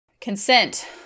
consent